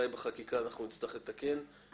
זו לא הייתה כוונתנו, אנחנו נצטרך לתקן את זה.